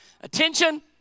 Attention